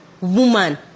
woman